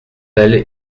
elle